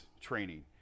training